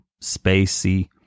spacey